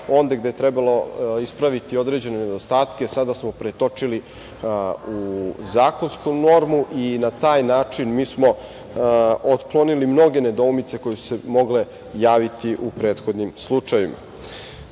onde gde je trebalo ispraviti određene nedostatke, sada smo pretočili u zakonsku normu i na taj način mi smo otklonili mnoge nedoumice koje su se mogle javiti u prethodnim slučajevima. Još